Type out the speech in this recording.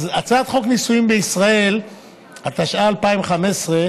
אז הצעת חוק נישואין אזרחיים בישראל,